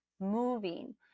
moving